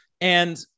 And-